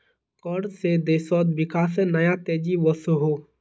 कर से देशोत विकासेर नया तेज़ी वोसोहो